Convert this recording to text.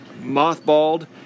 mothballed